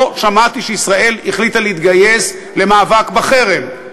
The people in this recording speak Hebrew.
לא שמעתי שישראל החליטה להתגייס למאבק בחרם.